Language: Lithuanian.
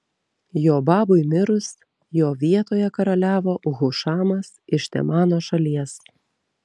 jobabui mirus jo vietoje karaliavo hušamas iš temano šalies